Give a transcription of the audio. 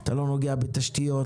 אתה לא נוגע בתשתיות,